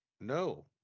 No